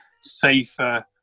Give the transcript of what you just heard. safer